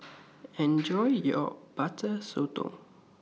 Enjoy your Butter Sotong